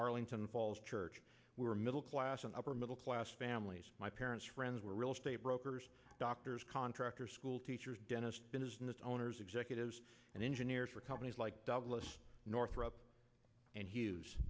arlington falls church were middle class and upper middle class families my parents friends were real estate brokers doctors contractors school teachers dentist business owners executives and engineers for companies like douglas northrup and h